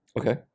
Okay